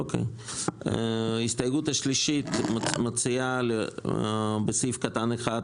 ההסתייגות השלישית מציעה בסעיף קטן (1)